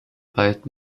bald